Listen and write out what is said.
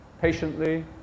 patiently